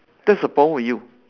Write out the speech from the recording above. that's the problem with you